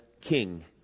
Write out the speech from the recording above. king